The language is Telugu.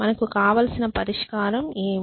మనకు కావాల్సిన పరిష్కారం ఏమిటి